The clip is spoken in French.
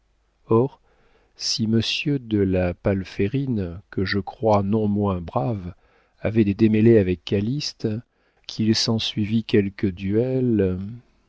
or si monsieur de la palférine que je crois non moins brave avait des démêlés avec calyste qu'il s'ensuivît quelque duel